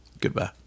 Goodbye